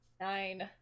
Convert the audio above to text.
Nine